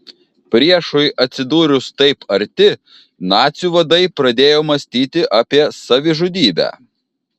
priešui atsidūrus taip arti nacių vadai pradėjo mąstyti apie savižudybę